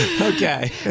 Okay